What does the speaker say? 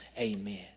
amen